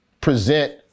present